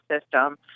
system